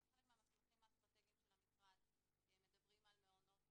בחלק מהמסמכים האסטרטגיים של המשרד מדברים על מעונות